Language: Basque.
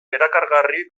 erakargarri